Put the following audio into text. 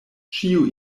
ĉio